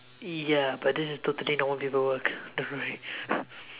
ya but this is totally no one people work don't worry